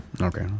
okay